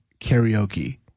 karaoke